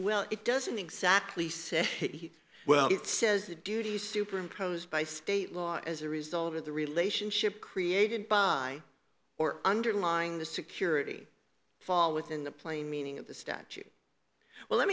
well it doesn't exactly say he well it says the duty super imposed by state law as a result of the relationship created by or underlying the security fall within the plain meaning of the statute well let